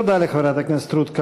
תודה לחברת הכנסת רות קלדרון.